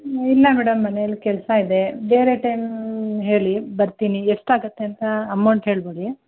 ಇಲ್ಲ ಮೇಡಮ್ ಮನೆಲಿ ಕೆಲಸ ಇದೆ ಬೇರೆ ಟೈಮ್ ಹೇಳಿ ಬರ್ತೀನಿ ಎಷ್ಟು ಆಗತ್ತೆ ಅಂತ ಅಮೌಂಟ್ ಹೇಳಿಬಿಡಿ